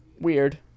Weird